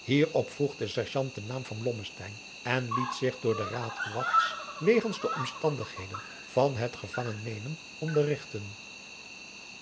hierop vroeg de serjant den naam van blommesteyn en liet zich door de ratelwachts wegens de omstandigheden van het gevangen nemen onderrigten